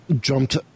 jumped